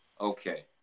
okay